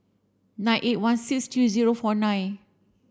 nine eight one six three zero four nine